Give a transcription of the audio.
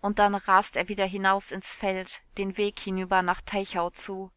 und dann rast er wieder hinaus ins feld den weg hinüber nach teichau zu